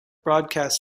broadcasts